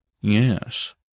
Yes